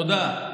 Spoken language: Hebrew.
תודה.